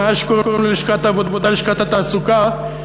מאז שקוראים ללשכת העבודה "לשכת התעסוקה",